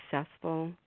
successful